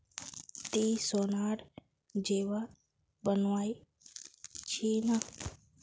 ती सोनार जेवर बनइल छि न